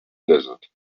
desert